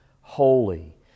holy